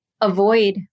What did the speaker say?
avoid